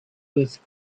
with